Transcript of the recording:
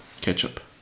ketchup